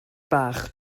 bach